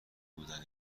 بودن